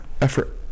effort